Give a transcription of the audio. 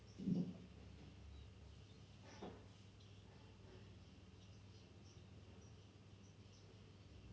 mm